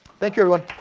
thank you everyone